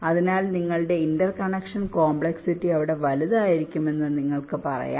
അതിനാൽ നിങ്ങളുടെ interconnection complexity അവിടെ വലുതായിരിക്കുമെന്ന് നിങ്ങൾക്ക് പറയാം